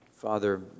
Father